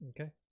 okay